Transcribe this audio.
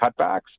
cutbacks